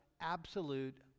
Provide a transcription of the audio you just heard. absolute